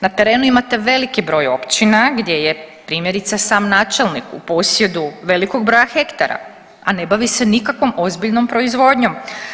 Na terenu imate veliki broj općina gdje je primjerice sam načelnik u posjedu velikog broja hektara, a ne bavi se nikakvom ozbiljnom proizvodnjom.